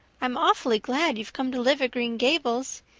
i'm awfully glad you've come to live at green gables.